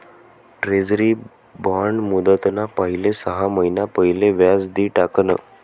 treasury bond मुदतना पहिले सहा महिना पहिले व्याज दि टाकण